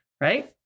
right